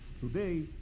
today